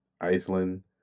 Iceland